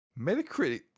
Metacritic